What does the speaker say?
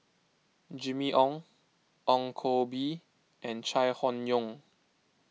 Jimmy Ong Ong Koh Bee and Chai Hon Yoong